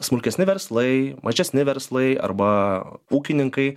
smulkesni verslai mažesni verslai arba ūkininkai